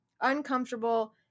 uncomfortable